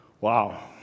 Wow